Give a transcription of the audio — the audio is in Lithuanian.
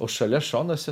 o šalia šonuose